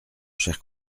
cher